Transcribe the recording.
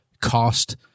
cost